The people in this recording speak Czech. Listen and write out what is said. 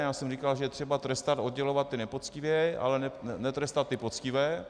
Já jsem říkal, že je třeba trestat, oddělovat ty nepoctivé, ale netrestat ty poctivé.